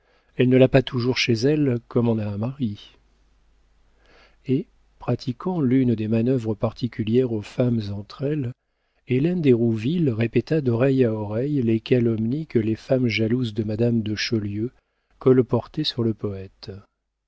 elle ne l'a pas toujours chez elle comme on a un mari et pratiquant l'une des manœuvres particulières aux femmes entre elles hélène d'hérouville répéta d'oreille à oreille les calomnies que les femmes jalouses de madame de chaulieu colportaient sur le poëte